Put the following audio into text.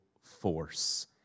force